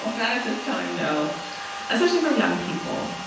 um not at this time, no especially for young people.